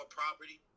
property